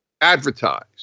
advertise